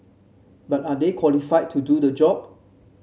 but are they qualified to do the job